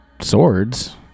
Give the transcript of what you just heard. swords